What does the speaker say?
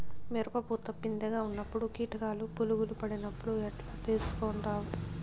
మిరప పూత పిందె గా ఉన్నప్పుడు కీటకాలు పులుగులు పడినట్లు ఎట్లా తెలుసుకుంటావు?